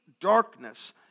darkness